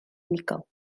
unigol